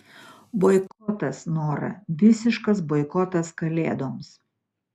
boikotas nora visiškas boikotas kalėdoms